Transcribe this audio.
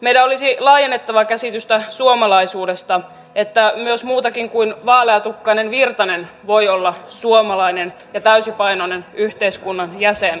meidän olisi laajennettava käsitystä suomalaisuudesta niin että myös muu kuin vaaleatukkainen virtanen voi olla suomalainen ja täysipainoinen yhteiskunnan jäsen